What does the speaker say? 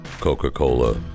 Coca-Cola